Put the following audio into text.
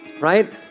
Right